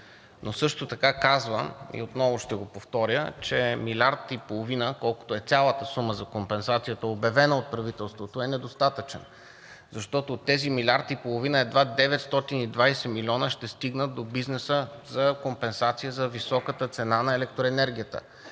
Но също така казвам, и отново ще го повторя, че милиард и половина, колкото е цялата сума за компенсацията, обявена от правителството, е недостатъчен. Защото от тези милиард и половина едва 920 млн. лв. ще стигнат до бизнеса за компенсация за високата цена на електроенергията.